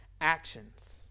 actions